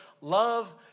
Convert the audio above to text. love